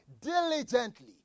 diligently